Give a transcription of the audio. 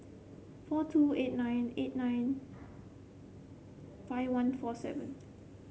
four two eight nine eight nine five one four seven